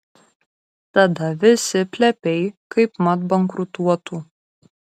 tada visi plepiai kaipmat bankrutuotų